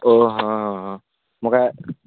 ଓ ହଁ ହଁ ମୋ